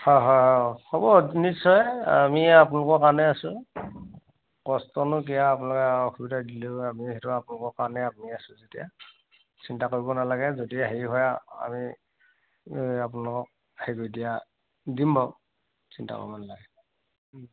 হয় হয় হয় হ'ব নিশ্চয় আমি আপোনালোকৰ কাৰণে আছোঁ কষ্টনো কিয় আপোনালোকে আৰু অসুবিধা দিলেও আমি সেইটো আপোনালোকৰ কাৰণে আপুনি আছোঁ যেতিয়া চিন্তা কৰিব নালাগে যদি হেৰি হয় আমি আপোনোক হেৰি এতিয়া দিম বাৰু চিন্তা কৰিব নালাগে